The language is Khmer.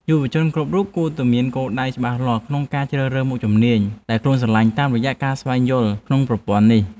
យុវជនគ្រប់រូបគួរតែមានគោលដៅច្បាស់លាស់ក្នុងការជ្រើសរើសមុខជំនាញដែលខ្លួនស្រឡាញ់តាមរយៈការស្វែងយល់ក្នុងប្រព័ន្ធនេះ។